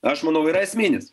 aš manau yra esminis